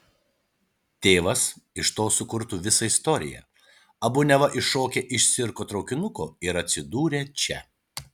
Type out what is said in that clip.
tėvas iš to sukurtų visą istoriją abu neva iššokę iš cirko traukinuko ir atsidūrę čia